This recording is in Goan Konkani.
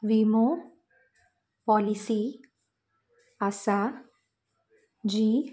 विमो पॉलिसी आसा जी